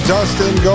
Dustin